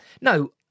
no